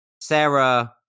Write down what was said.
Sarah